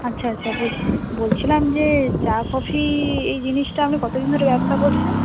আচ্ছা আচ্ছা বলছিলাম যে চা কফি এই জিনিসটা আপনি কত দিন ধরে ব্যবসা করছেন